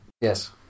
Yes